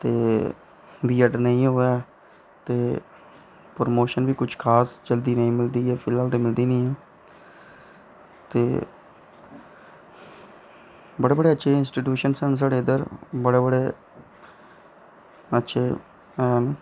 ते B Ed नेईं होऐ ते परमोशन बी कोई खास नी मिलदी ऐ फिलहाल ते मिलदी नी ऐ ते बड़े बड़े अच्छे इंस्टिटयूशन न साढ़े इद्धर बड़े अच्छे हैन